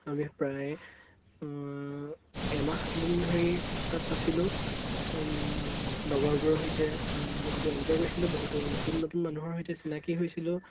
আমি প্ৰায় এমাহ দিন ধৰি তাত আছিলোঁ লগৰবোৰৰ সৈতে বহুতো এনজয় কৰিছিলোঁ বহুতো নতুন নতুন মানুহৰ সৈতে চিনাকি হৈছিলোঁ